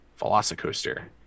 Velocicoaster